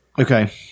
Okay